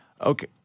Okay